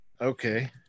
Okay